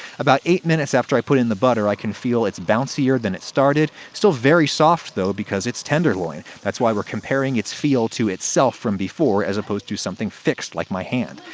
about eight minutes after i put in the butter, i can feel it's bouncier than it started. still very soft though, because it's tenderloin. that's why we're comparing its feel to itself from before, as opposed to something fixed, like my hand.